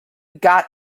got